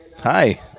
Hi